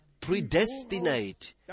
predestinate